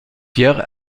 pierre